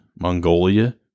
Mongolia